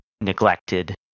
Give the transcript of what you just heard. neglected